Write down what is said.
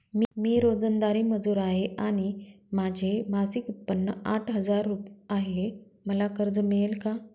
मी रोजंदारी मजूर आहे आणि माझे मासिक उत्त्पन्न आठ हजार आहे, मला कर्ज मिळेल का?